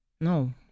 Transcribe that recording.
No